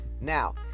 Now